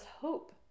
hope